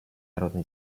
народно